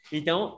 Então